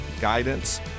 guidance